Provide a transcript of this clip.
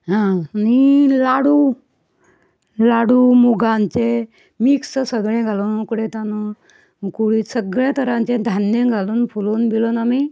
आ आनी लाडू लाडू मुगांचें मिक्स सगळे घालून उकडे तांदूळ कुळीद सगळे तरांचें धान्य घालून फुलोन बिलोन आमी